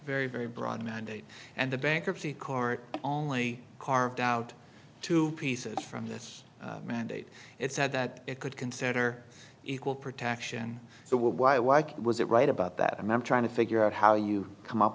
very very broad mandate and the bankruptcy court only carved out two pieces from this mandate it said that it could consider equal protection so why why was it right about that member trying to figure out how you come up